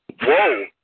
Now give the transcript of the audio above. Whoa